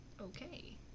Okay